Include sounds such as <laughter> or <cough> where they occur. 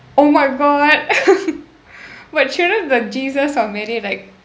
oh my god <laughs> but shouldn't the jesus or mary like